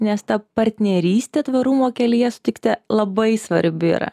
nes ta partnerystė tvarumo kelyje sutikti labai svarbi yra